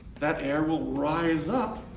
that air will rise up,